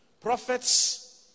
prophets